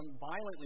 violently